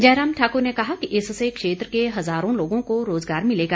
जयराम ठाक्र ने कहा कि इससे क्षेत्र के हजारों लोगों को रोजगार मिलेगा